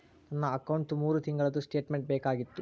ನನ್ನ ಅಕೌಂಟ್ದು ಮೂರು ತಿಂಗಳದು ಸ್ಟೇಟ್ಮೆಂಟ್ ಬೇಕಾಗಿತ್ತು?